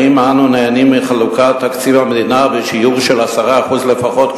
האם אנו נהנים מחלוקת תקציב המדינה בשיעור של 10% לפחות,